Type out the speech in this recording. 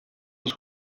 los